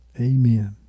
Amen